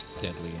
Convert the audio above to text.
deadly